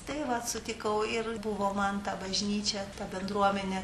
tėvą sutikau ir buvo man ta bažnyčia ta bendruomenė